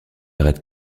arrête